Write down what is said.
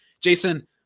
Jason